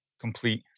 complete